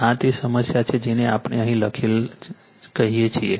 આ તે સમસ્યા છે જેને આપણે અહીં લખેલ કહીએ છીએ